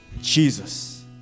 Jesus